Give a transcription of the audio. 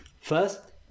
First